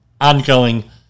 ongoing